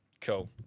Cool